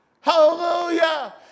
Hallelujah